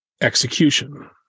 execution